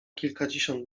kilkadziesiąt